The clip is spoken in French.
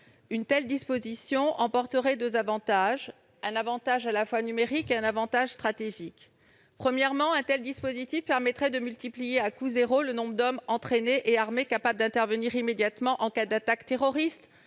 normales de service. Cela présenterait un avantage à la fois numérique et stratégique. Premièrement, un tel dispositif permettrait de multiplier à coût zéro le nombre d'hommes entraînés et armés capables d'intervenir immédiatement en cas d'attaque terroriste.